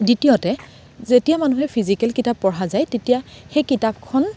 দ্বিতীয়তে যেতিয়া মানুহে ফিজিকেল কিতাপ পঢ়া যায় তেতিয়া সেই কিতাপখন